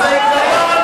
מה קרה?